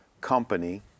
company